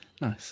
Nice